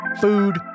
food